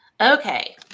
Okay